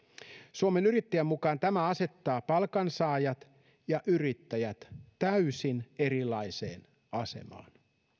suomen yrittäjien mukaan tämä asettaa palkansaajat ja yrittäjät täysin erilaiseen asemaan